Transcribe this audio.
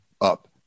up